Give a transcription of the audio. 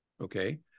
okay